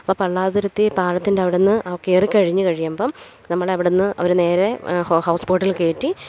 ഇപ്പോള് പള്ളാതുരുത്തി പാലത്തിത്തിന്റവിടുന്ന് കയറി കഴിഞ്ഞ് കഴിയുമ്പോള് നമ്മളെ അവിടുന്ന് അവര് നേരെ ഹ ഹൗസ് ബോട്ടില് കയറ്റി